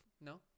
No